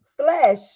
Flesh